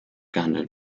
gehandelt